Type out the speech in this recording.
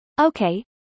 Okay